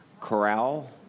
Corral